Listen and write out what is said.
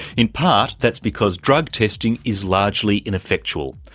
in part that's because drug testing is largely ineffectual.